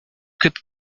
could